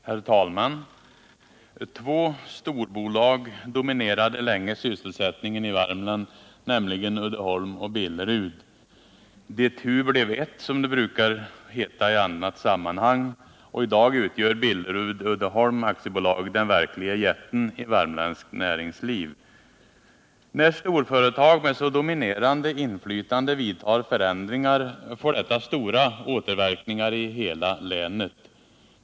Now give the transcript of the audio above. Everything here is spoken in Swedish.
Herr talman! Två storbolag dominerade länge sysselsättningen i Värmland, nämligen Uddeholm och Billerud. De tu blev ett, som det brukar heta i annat sammanhang, och i dag utgör Billerud-Uddeholm AB den verkliga jätten i värmländskt näringsliv. När storbolag med så dominerande inflytande vidtar förändringar, får detta stora återverkningar i hela länet.